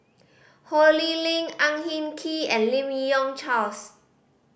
Ho Lee Ling Ang Hin Kee and Lim Yi Yong Charles